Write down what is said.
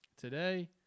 Today